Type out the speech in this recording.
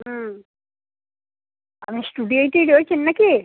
হুম আপনি স্টুডিওতেই রয়েছেন না কি